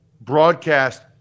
broadcast